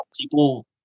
people